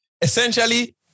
Essentially